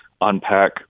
unpack